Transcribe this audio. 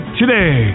today